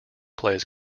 plays